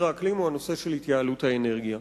האקלים הוא הנושא של התייעלות האנרגיה.